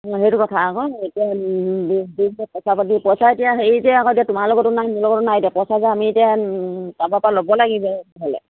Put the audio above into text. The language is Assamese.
সেইটো কথা আকৌ এতিয়া পইচা পাতি পইচা এতিয়া হেৰি এতিয়া তোমাৰ লগতো নাই মোৰ লগতো নাই এতিয়া পইচা যে আমি এতিয়া কাৰবাপা ল'ব লাগিব তেনেহ'লে